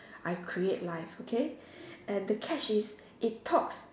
I create life okay and the catch is it talks